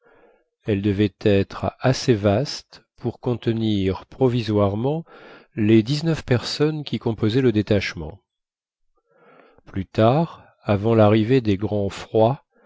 elle devait être assez vaste pour contenir provisoirement les dix-neuf personnes qui composaient le détachement plus tard avant l'arrivée des grands froids